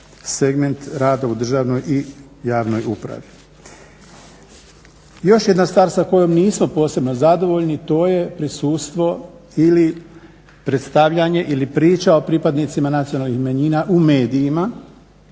segment rada u državnoj i javnoj upravi. Još jedna stvar sa kojom mi nismo posebno zadovoljni, to je prisustvo ili predstavljanje ili priča o pripadnicima nacionalnih manjina u medijima.